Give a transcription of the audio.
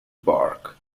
bark